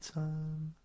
time